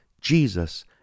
Jesus